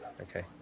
Okay